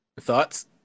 Thoughts